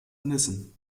nissen